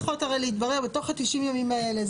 שאלות ההחרגה צריכות הרי להתברר בתוך ה-90 ימים האלה.